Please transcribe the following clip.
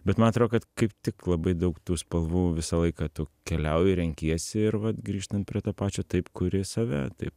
bet man atrodo kad kaip tik labai daug tų spalvų visą laiką tu keliauji renkiesi ir vat grįžtant prie to pačio taip kuri save taip